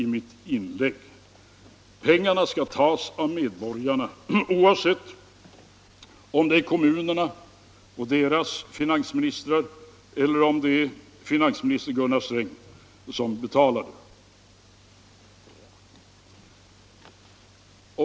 Det är ju så att pengarna skall tas av medborgarna, oavsett om det är kommunerna och deras finansministrar eller finansminister Gunnar Sträng som betalar.